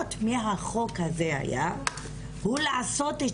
המטרות של החוק הזה הייתה לעשות את